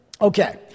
Okay